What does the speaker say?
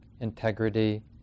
integrity